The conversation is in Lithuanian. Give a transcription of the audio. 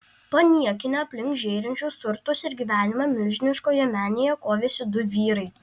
paniekinę aplink žėrinčius turtus ir gyvenimą milžiniškoje menėje kovėsi du vyrai